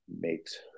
makes